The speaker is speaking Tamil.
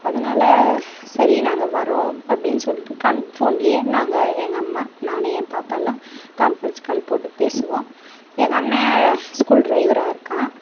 அதனால் சரி நாங்கள் வரோம் அப்படின்னு சொல்லிவிட்டு கான் ஃபோன்லியே நாங்கள் எங்க அம்மா நான் என் பாப்பா எல்லாம் கான்ஃபெரன்ஸ் கால் போட்டு பேசுவோம் எங்கள் அண்ணன் ஸ்கூல் ட்ரைவராக இருக்கான்